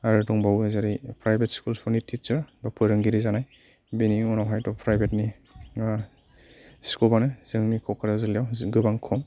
आरो दंबावो जेरै प्राइभेट स्कुलनि टिचार्स बा फोरोंगिरि जानाय बेनि उनावहायथ' प्राइभेटनि स्क'पआनो जोंनि क'क्राझार जिल्लायाव गोबां खम